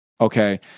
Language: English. Okay